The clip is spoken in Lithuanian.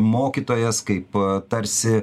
mokytojas kaip tarsi